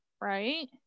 right